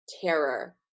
terror